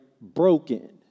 Broken